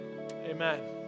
Amen